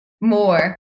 more